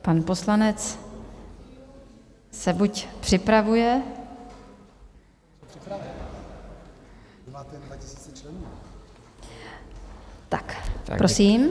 Pan poslanec se buď připravuje... prosím.